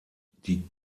die